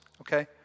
okay